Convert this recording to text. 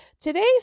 Today's